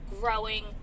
growing